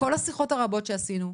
מכל השיחות הרבות שעשינו,